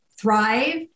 thrive